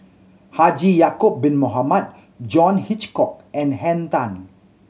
Haji Ya'acob Bin Mohamed John Hitchcock and Henn Tan